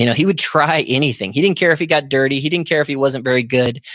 you know he would try anything. he didn't care if he got dirty. he didn't care if he wasn't very good.